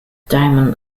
diamond